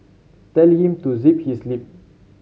tell him to zip his lip